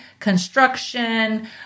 construction